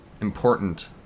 important